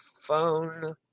phone